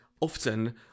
often